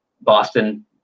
Boston